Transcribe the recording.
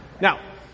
Now